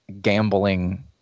gambling